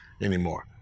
anymore